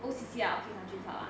O_C_C ah orchid country club ah